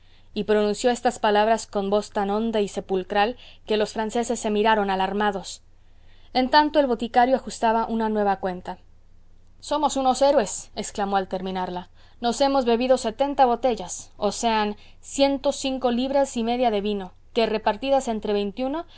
y pronunció estas palabras con voz tan honda y sepulcral que los franceses se miraron alarmados en tanto el boticario ajustaba una nueva cuenta somos unos héroes exclamó al terminarla nos hemos bebido setenta botellas o sean ciento cinco libras y media de vino que repartidas entre veintiuno